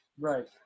Right